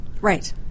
right